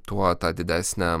tuo tą didesnę